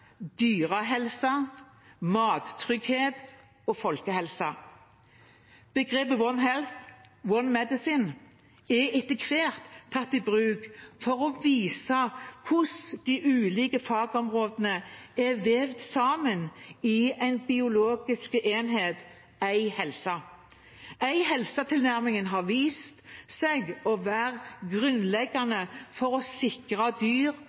folkehelse. Begrepet «One health, one medicine» er etter hvert blitt tatt i bruk for å vise hvordan de ulike fagområdene er vevd sammen i en biologisk enhet – én helse. Én helse-tilnærmingen har vist seg å være grunnleggende for å sikre dyr